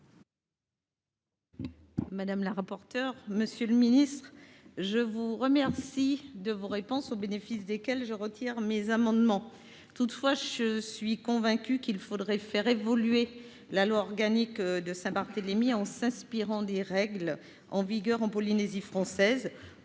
Madame la rapporteure, monsieur le ministre, je vous remercie de vos réponses, au bénéfice desquelles je retire mes amendements. Toutefois, je suis convaincue qu’il faudrait faire évoluer la loi organique de Saint Barthélemy en s’inspirant des règles en vigueur en Polynésie française